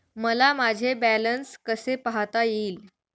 मला माझे बॅलन्स कसे पाहता येईल?